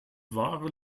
wahre